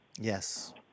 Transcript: Yes